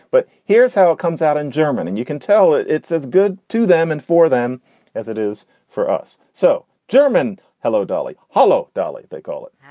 but here's how it comes out in german and you can tell it it says good to them and for them as it is for us. so german. hello, dolly. hello, dolly. they call it